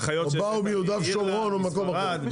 מהחיות שהבאת מאירלנד מספרד מאיפה?